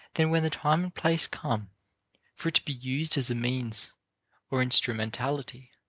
then when the time and place come for it to be used as a means or instrumentality,